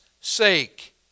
sake